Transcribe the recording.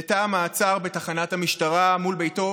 לתא המעצר בתחנת המשטרה מול ביתו